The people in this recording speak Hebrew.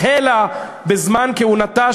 החלה בזמן כהונתה,